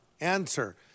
Answer